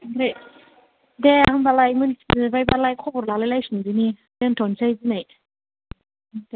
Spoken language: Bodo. दे दे होमबालाय मिन्थि जोबायबालाय खबर लालायफिनदिनि दोनथनसै गुडनाइट